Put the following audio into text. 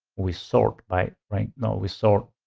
we sort by rank, no we sort